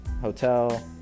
hotel